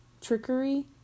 trickery